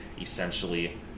essentially